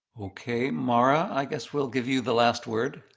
okay. mara, i guess we'll give you the last word.